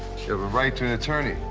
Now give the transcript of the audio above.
you have a right to an attorney.